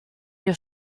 your